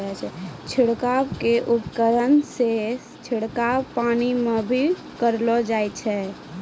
छिड़काव क उपकरण सें छिड़काव पानी म भी करलो जाय छै